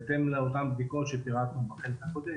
בהתאם לאותן בדיקות שפירטנו בחלק הקודם.